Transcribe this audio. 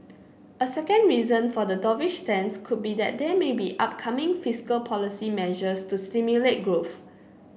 a second reason for the dovish stance could be that there may be upcoming fiscal policy measures to stimulate growth